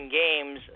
games